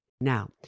Now